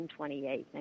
1928